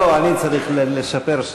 לא, אני צריך לשפר.